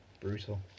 Brutal